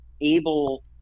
able